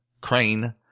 Crane